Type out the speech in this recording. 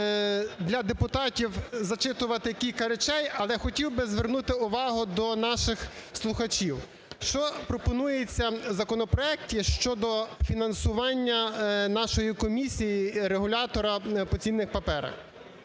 для депутатів зачитувати кілька речей, але хотів би звернути увагу до наших слухачів. Що пропонується в законопроекті щодо фінансування нашої комісії і регулятора по цінних паперах?